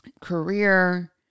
career